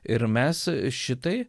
ir mes šitai